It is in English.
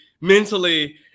mentally